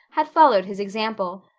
had followed his example.